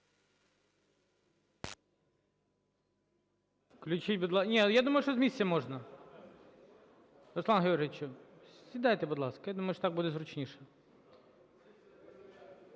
Включіть, будь ласка… Ні, я думаю, що з місця можна. Руслане Георгійовичу, сідайте, будь ласка. Я думаю, що так буде зручніше.